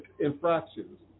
infractions